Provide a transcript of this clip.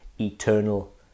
Eternal